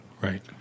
Right